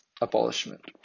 abolishment